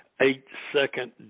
eight-second